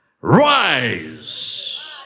Rise